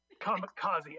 Kamikaze